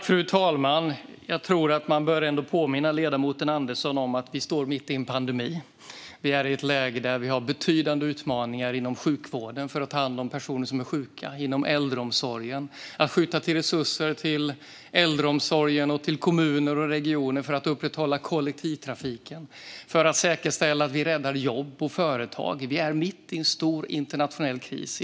Fru talman! Man bör nog påminna ledamoten Andersson om att vi står mitt i en pandemi. Vi är i ett läge där vi har betydande utmaningar inom sjukvården för att ta hand om personer som är sjuka. Vi behöver skjuta till resurser till äldreomsorgen och till kommuner och regioner för att upprätthålla kollektivtrafik och säkerställa att vi räddar jobb och företag. Vi är mitt i en stor, internationell kris.